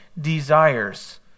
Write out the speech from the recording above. desires